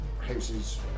houses